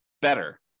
better